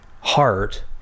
heart